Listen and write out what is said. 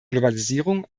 globalisierung